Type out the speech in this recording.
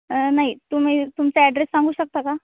नाही तुम्ही तुमचा ॲड्रेस सांगू शकता का